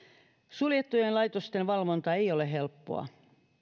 suljettujen laitosten valvonta ei ole helppoa